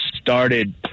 started